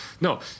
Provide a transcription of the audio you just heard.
no